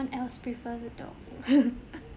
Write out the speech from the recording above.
else prefer the dog